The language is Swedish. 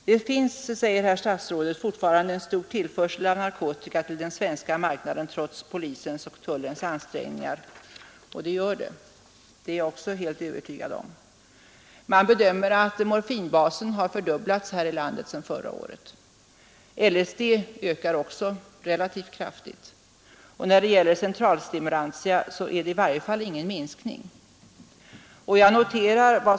Det finns, säger herr statsrådet, fortfarande en stor tillförsel av narkotika till den svenska marknaden trots polisens och tullens ansträngningar. Jag är helt övertygad om att de gör det. Man bedömer att användningen av morfinbas har fördubblats har i landet sedan i fjol. LSD ökar också relativt kraftigt. När det gäller centralstimulantia är det i varje fall ingen minskning.